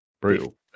brutal